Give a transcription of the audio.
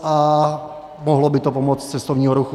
A mohlo by to pomoct v cestovním ruchu.